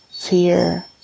fear